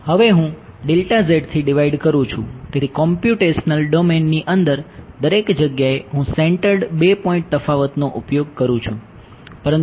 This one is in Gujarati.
હવે હું થી ડિવાઈડ કરું છુ